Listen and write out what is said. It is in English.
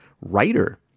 writer